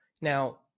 Now